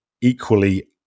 equally